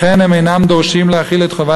הם רוצים לשלבם